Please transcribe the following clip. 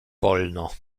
wolno